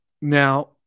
now